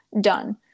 done